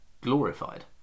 glorified